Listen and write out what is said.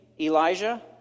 Elijah